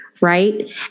Right